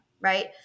Right